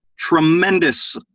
tremendous